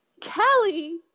Kelly